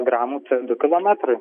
gramų c du kilometrui